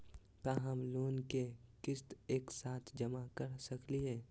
का हम लोन के किस्त एक साथ जमा कर सकली हे?